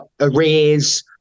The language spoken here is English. arrears